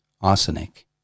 arsenic